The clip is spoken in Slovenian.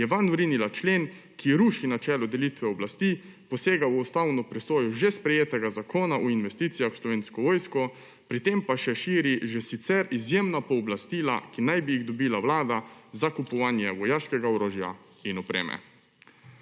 je vanj vrinila člen, ki ruši načelo delitve oblasti, posega v ustavno presojo že sprejetega zakona o investicijah v Slovensko vojsko, pri tem pa še širi že sicer izjemna pooblastila, ki naj bi jih dobila Vlada za kupovanje vojaškega orožja in opreme.